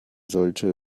sollte